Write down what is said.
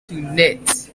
knit